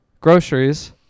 groceries